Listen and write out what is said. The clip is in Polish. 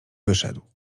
wyszedł